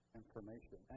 information